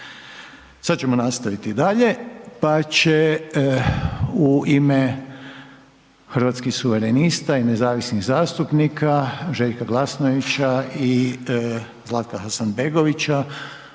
završno u ime Kluba zastupnika Hrvatskih suverenista i nezavisnih zastupnika Željka Glasnovića i Zlatka Hasanbegovića